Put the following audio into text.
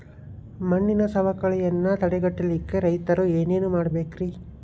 ಮಣ್ಣಿನ ಸವಕಳಿಯನ್ನ ತಡೆಗಟ್ಟಲಿಕ್ಕೆ ರೈತರು ಏನೇನು ಮಾಡಬೇಕರಿ?